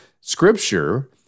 scripture